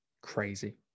crazy